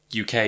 UK